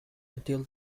until